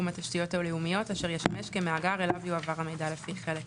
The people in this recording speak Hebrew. התשתיות הלאומיות אשר ישמש כמאגר אליו יועבר המידע לפי חלק זה.